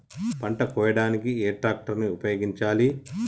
పంట కోయడానికి ఏ ట్రాక్టర్ ని ఉపయోగించాలి?